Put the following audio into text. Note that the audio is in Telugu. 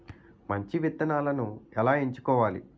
మంచి విత్తనాలను ఎలా ఎంచుకోవాలి?